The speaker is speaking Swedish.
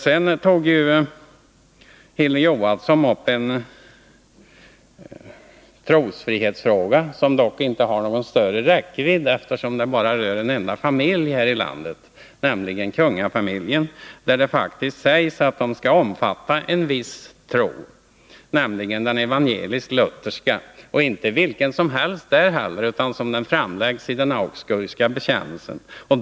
Sedan tog Hilding Johansson upp en trosfrihetsfråga som inte har någon större räckvidd, eftersom den bara rör en enda familj här i landet, nämligen kungafamiljen. Det sägs faktiskt i regeringsformen att den skall omfatta en viss tro, nämligen den evangelisk-lutherska, och inte vilken tro som helst där heller, utan såsom den framläggs i den augsburgska bekännelsen.